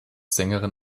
sängerin